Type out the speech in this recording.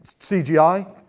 CGI